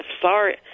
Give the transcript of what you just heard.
sorry